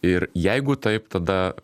ir jeigu taip tada